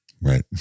Right